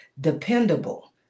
dependable